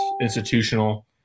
institutional